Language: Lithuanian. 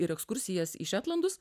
ir ekskursijas į šetlandus